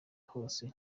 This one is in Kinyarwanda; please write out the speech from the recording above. hose